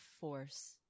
force